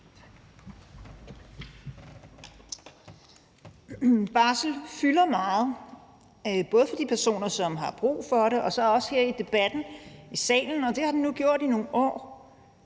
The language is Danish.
Barsel fylder meget, både for de personer, som har brug for den, og så også her i debatten i salen, og det har den nu gjort i nogle år.